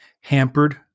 hampered